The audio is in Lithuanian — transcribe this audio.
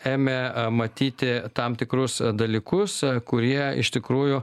ėmė matyti tam tikrus dalykus kurie iš tikrųjų